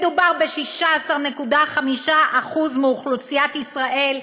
מדובר ב-16.5% מאוכלוסיית ישראל,